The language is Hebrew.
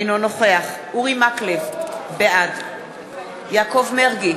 אינו נוכח אורי מקלב, בעד יעקב מרגי,